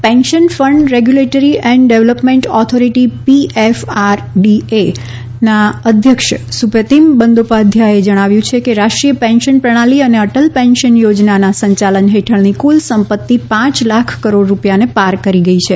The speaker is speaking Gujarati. અટલ પેન્શન યોજના pension fund regulatory and development authority PFRDA ના અધ્યક્ષ સુપ્રતિમ બંદોપાધ્યાયે જણાવ્યું છે કે રાષ્ટ્રીય પેન્શન પ્રણાલી અને અટલ પેન્શન યોજનાના સંચાલન હેઠળની કુલ સંપત્તિ પાંચ લાખ કરોડ રૂપિયાને પાર કરી ગઈ છે